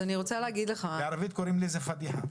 בערבית קוראים לזה פאדיחה.